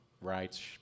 rights